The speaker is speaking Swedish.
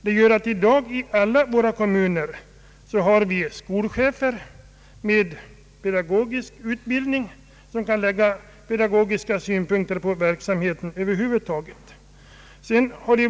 Det gör att vi i dag i alla våra kommuner har skolchefer med pedagogisk utbildning som kan lägga pedagogiska synpunkter på verksamheten över huvud taget.